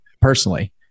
personally